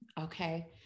okay